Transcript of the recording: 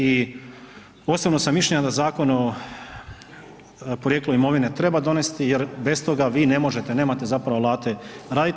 I osobnog sam mišljenja da Zakon o porijeklu imovine treba donesti jer bez toga vi ne možete, nemate zapravo alate raditi.